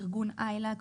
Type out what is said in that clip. ארגון ILAC,